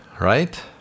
right